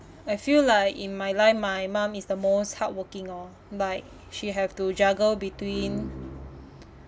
I feel like in my life my mom is the most hardworking lor like she have to juggle between